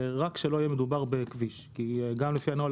רק שלא יהיה מדובר בכביש כי גם לפי נוהל